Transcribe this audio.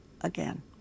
again